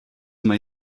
may